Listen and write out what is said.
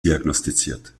diagnostiziert